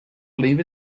believe